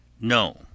No